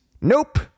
Nope